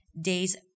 days